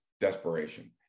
desperation